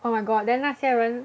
oh my god then 那些人